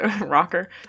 rocker